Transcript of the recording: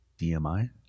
DMI